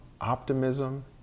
optimism